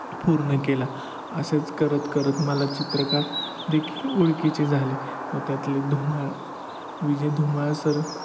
पूर्ण केला असेच करत करत मला चित्रकार देखील ओळखीचे झाले व त्यातले धुमाळ विजे धुमाळ सर